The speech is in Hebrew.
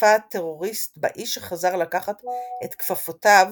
צפה הטרוריסט באיש שחזר לקחת את כפפותיו